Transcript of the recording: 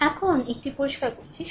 এখন এটি পরিষ্কার করছি